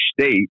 state